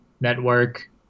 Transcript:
network